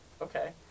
okay